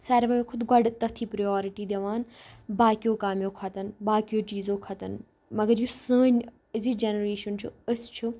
سارویو کھۄتہٕ گۄڈٕ تٔتھی پرٛیارٕٹی دِوان باقِیو کامیو کھۄتہٕ باقِیو چیٖزو کھۄتہٕ مگر یُس سٲنۍ أزِچ جَنریشَن چھُ أسۍ چھُ